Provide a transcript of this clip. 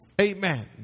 amen